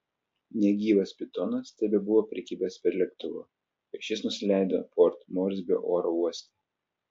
negyvas pitonas tebebuvo prikibęs prie lėktuvo kai šis nusileido port morsbio oro uoste